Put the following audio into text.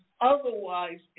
otherwise